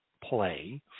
play